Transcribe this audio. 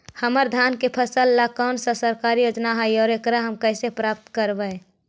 हमर धान के फ़सल ला कौन सा सरकारी योजना हई और एकरा हम कैसे प्राप्त करबई?